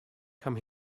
come